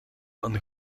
een